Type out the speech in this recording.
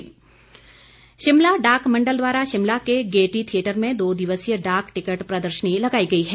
डाक प्रदर्शनी शिमला डाक मण्डल द्वारा शिमला के गेयटी थियेटर में दो दिवसीय डाक टिकट प्रदर्शनी लगाई गई है